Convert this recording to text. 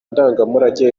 ndangamurage